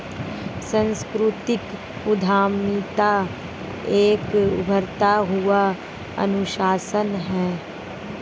सांस्कृतिक उद्यमिता एक उभरता हुआ अनुशासन है